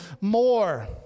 more